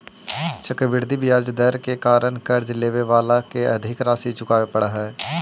चक्रवृद्धि ब्याज दर के कारण कर्ज लेवे वाला के अधिक राशि चुकावे पड़ऽ हई